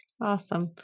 awesome